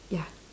ya